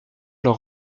leur